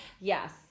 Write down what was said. Yes